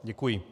Děkuji.